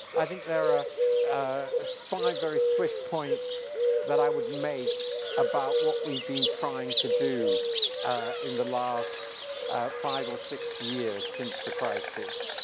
i think there are ah five very swift points that i would make about what we've been trying to do in the last five or six years since the crisis.